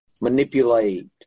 Manipulate